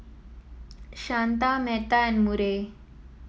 Shanta Metta and Murray